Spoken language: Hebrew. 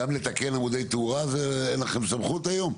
גם לתקן עמודי תאורה אין לכם סמכות היום?